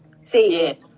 See